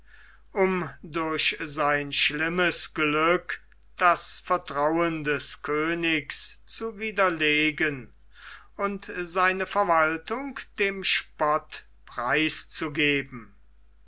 um durch sein schlimmes glück das vertrauen des königs zu widerlegen und seine verwaltung dem